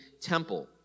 temple